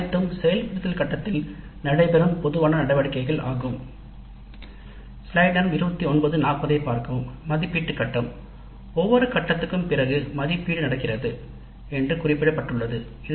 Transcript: இவை அனைத்தும் செயல்படுத்துதல் கட்டத்தில் செயல்படுத்தும் பொதுவான நடவடிக்கைகள் மதிப்பீட்டு கட்டம் ஒவ்வொரு கட்டத்திற்கும் பின்னர் "மதிப்பீடு" நடக்கிறது என்று குறிப்பிடப்பட்டுள்ளது